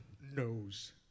knows